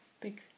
big